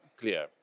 clear